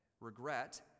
Regret